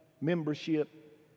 membership